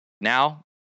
Now